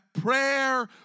prayer